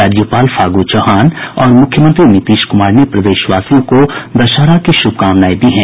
राज्यपाल फागु चौहान और मुख्यमंत्री नीतीश कुमार ने प्रदेशवासियों को दशहरा की शुभकामनाएं दी हैं